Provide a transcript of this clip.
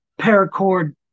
paracord